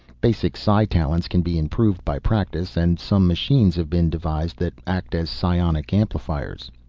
basic psi talents can be improved by practice, and some machines have been devised that act as psionic amplifiers.